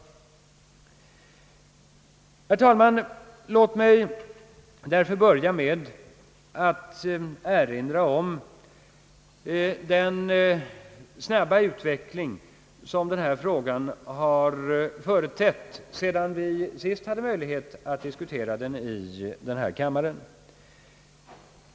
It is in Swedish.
Herr talman! Låt mig börja med att erinra om den snabba utveckling som denna fråga har företett sedan vi sist hade möjlighet att diskutera den i denna kammare.